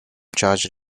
charge